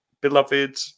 beloved